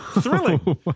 Thrilling